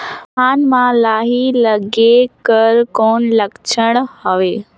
बिहान म लाही लगेक कर कौन लक्षण हवे?